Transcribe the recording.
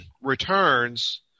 Returns